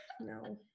No